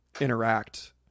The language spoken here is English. interact